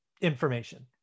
information